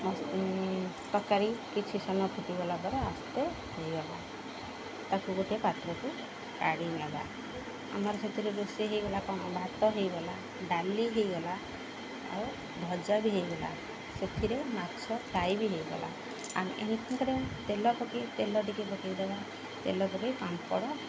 ତରକାରୀ କିଛି ସମୟ ଫୁଟିଗଲା ଦ୍ୱାରା ଆସ୍ତେ ହେଇଗଲା ତାକୁ ଗୋଟେ ପାତ୍ରକୁ କାଢ଼ ନେବା ଆମର ସେଥିରେ ରୋଷେଇ ହେଇଗଲା କ'ଣ ଭାତ ହେଇଗଲା ଡାଲି ହେଇଗଲା ଆଉ ଭଜା ବି ହେଇଗଲା ସେଥିରେ ମାଛ ଫାଇ ବି ହେଇଗଲା ଆ ଏତିରେ ତେଲ ପକେଇ ତେଲ ଟିକେ ପକେଇ ଦେବା ତେଲ ପକେଇ ପାମ୍ପଡ଼